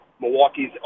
Milwaukee's